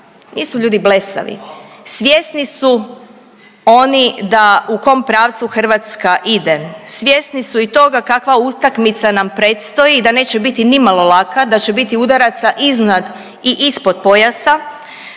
Nisu ljudi blesavi, svjesni su oni da u kom pravcu Hrvatska ide, svjesni su i toga kakva utakmica predstoji, da neće biti nimalo laka, da će biti udaraca iznad i ispod pojasa,